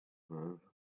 veuve